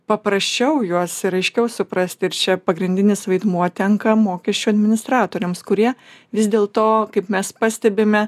paprasčiau juos ir aiškiau suprasti ir čia pagrindinis vaidmuo tenka mokesčių administratoriams kurie vis dėlto kaip mes pastebime